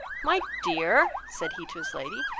my dear, said he to his lady,